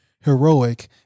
heroic